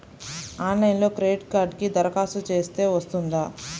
ఆన్లైన్లో క్రెడిట్ కార్డ్కి దరఖాస్తు చేస్తే వస్తుందా?